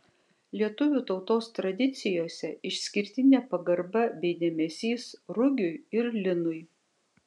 lietuvių tautos tradicijose išskirtinė pagarba bei dėmesys rugiui ir linui